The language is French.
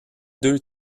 deux